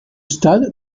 stade